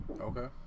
okay